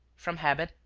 from habit,